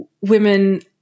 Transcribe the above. women